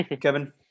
Kevin